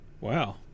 Wow